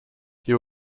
you